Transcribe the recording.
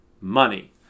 Money